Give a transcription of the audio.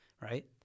Right